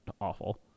awful